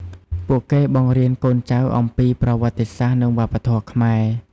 ពួកគេបង្រៀនកូនចៅអំពីប្រវត្តិសាស្ត្រ និងវប្បធម៌ខ្មែរ។